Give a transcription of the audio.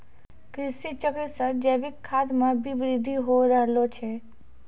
कृषि चक्र से जैविक खाद मे भी बृद्धि हो रहलो छै